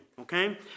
okay